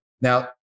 Now